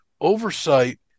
Oversight